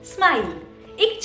Smile